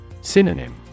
Synonym